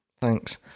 Thanks